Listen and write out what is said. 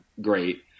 great